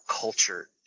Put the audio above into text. culture